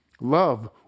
Love